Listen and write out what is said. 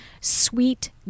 sweet